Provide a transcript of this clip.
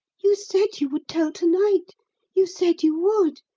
you said you would tell to-night you said you would.